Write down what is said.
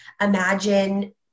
imagine